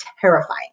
terrifying